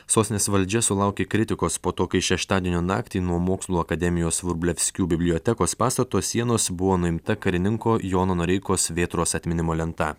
sostinės valdžia sulaukė kritikos po to kai šeštadienio naktį nuo mokslų akademijos vrublevskių bibliotekos pastato sienos buvo nuimta karininko jono noreikos vėtros atminimo lenta